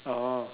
oh